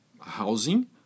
housing